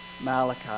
Malachi